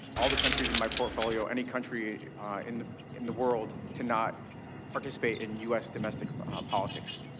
all the countries in my portfolio, any country in the in the world, to not participate in u s. domestic politics.